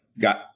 got